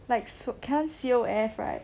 like so can't C_O_F right